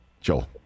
Joel